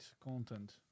content